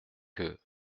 que